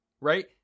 right